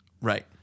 Right